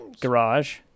garage